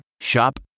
Shop